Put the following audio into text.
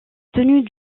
tenue